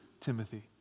Timothy